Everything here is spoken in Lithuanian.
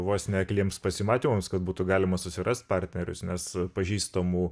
vos ne akliems pasimatymams kad būtų galima susirast partnerius nes pažįstamų